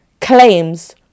claims